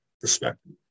perspective